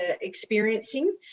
experiencing